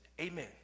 Amen